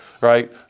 Right